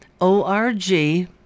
o-r-g